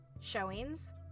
showings